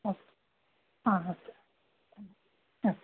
हा हा अस्तु हा